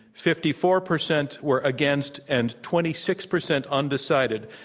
fifty four percent were against, and twenty six percent undecided.